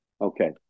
Okay